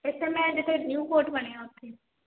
ਇੱਕ ਮੈਂ ਜਿੱਥੇ ਨਿਊ ਕੋਟ ਬਣਿਆ ਉੱਥੇ